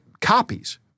copies